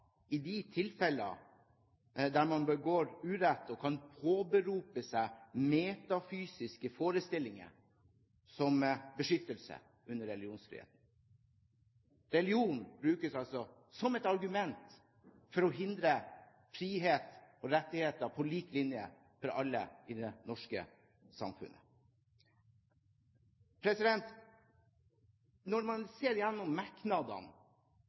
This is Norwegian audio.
de tilfellene der man begår urett og kan påberope seg metafysiske forestillinger som beskyttelse under religionsfriheten. Religion brukes altså som et argument for å hindre frihet og rettigheter på lik linje for alle i det norske samfunnet. Når man ser gjennom